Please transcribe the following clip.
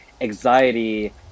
anxiety